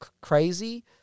crazy